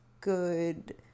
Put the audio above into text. good